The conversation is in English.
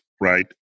right